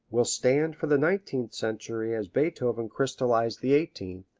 will stand for the nineteenth century as beethoven crystallized the eighteenth,